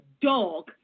dog